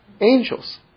angels